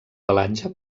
pelatge